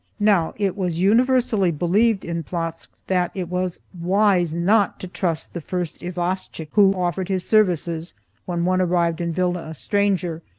now it was universally believed in plotzk that it was wise not to trust the first isvostchik who offered his services when one arrived in vilna a stranger,